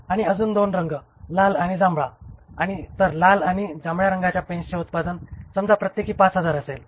आणि अजून 2 रंग लाल आणि जांभळा तर लाल आणि जांभळ्या रंगाच्या पेन्सचे उत्पादन समजा प्रत्येकी 5000 असेल